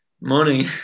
money